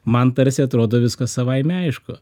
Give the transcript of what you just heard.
man tarsi atrodo viskas savaime aišku